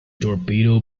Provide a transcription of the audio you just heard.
torpedo